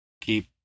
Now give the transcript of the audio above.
keep